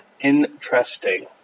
Interesting